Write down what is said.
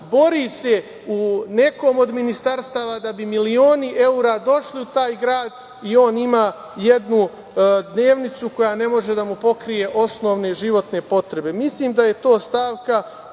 bori se u nekom od ministarstava da bi milioni evra došli u taj grad i on ima jednu dnevnicu koja ne može da mu pokrije osnovne životne potrebe. Mislim da je to stavka